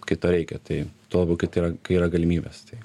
kai to reikia tai tuo labiau kai tai yra kai yra galimybės tai